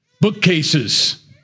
bookcases